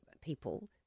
people